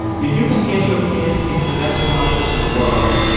if you can get your kid into the best colleges in the world,